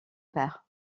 père